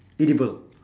edible